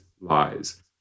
lies